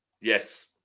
Yes